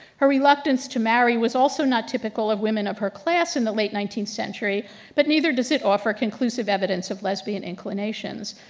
her reluctance to marry was also not typical of women of her class in the late nineteenth century but neither does it offer conclusive evidence of lesbian inclinations.